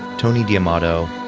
tony d'amato,